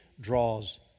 draws